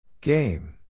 Game